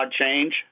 change